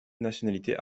nationalité